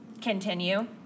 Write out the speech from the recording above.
continue